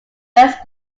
west